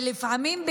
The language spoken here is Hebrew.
ולפעמים,